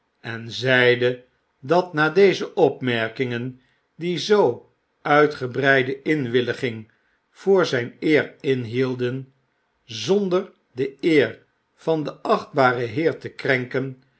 en zeide dat na deze opmerkingjen die zoo uitgebreide inwilliging voor zyn eer inhielden zonder de eer van den achtbaren heer te krenken